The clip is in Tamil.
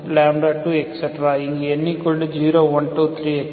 இங்கு n 0 1 2 3